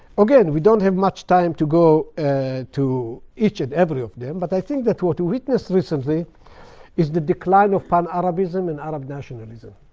again, we don't have much time to go ah to each and every of them. but i think that what we witnessed recently is the decline of pan-arabism and arab nationalism.